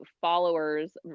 followers